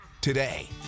today